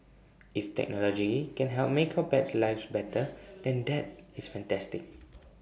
if technology can help make our pets lives better than that is fantastic